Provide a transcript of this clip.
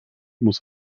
muss